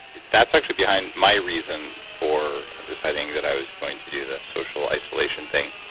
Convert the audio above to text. that's actually behind my reason for and deciding that i was going to do this social isolation thing,